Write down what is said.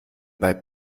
bei